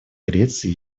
греции